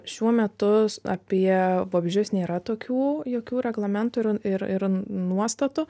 šiuo metu apie vabzdžius nėra tokių jokių reglamentų ir ir ir nuostatų